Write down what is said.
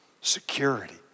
security